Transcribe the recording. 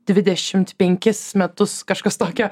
dvidešimt penkis metus kažkas tokio